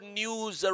news